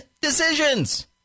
decisions